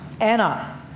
Anna